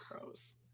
gross